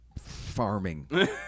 Farming